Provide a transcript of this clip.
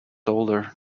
older